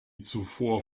zuvor